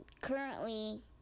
currently